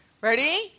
Ready